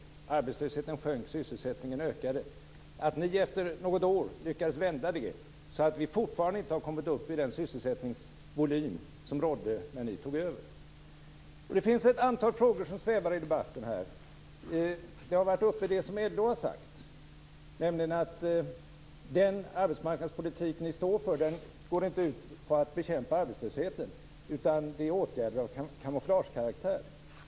Arbetslösheten sjönk och sysselsättningen ökade. Ni lyckades efter något år vända det så att vi fortfarande inte har kommit upp i den sysselsättningsvolym som rådde när ni tog över. Det finns ett antal frågor som svävar i debatten här. Det som LO har sagt har tagits upp, nämligen att den arbetsmarknadspolitik som ni står för inte går ut på att bekämpa arbetslösheten, utan det är åtgärder av kamouflagekaraktär.